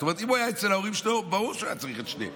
אם הוא היה אצל ההורים שלו ברור שהוא היה צריך את שני הסלים,